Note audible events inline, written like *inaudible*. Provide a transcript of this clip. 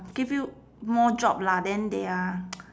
give you more job lah then they are *noise*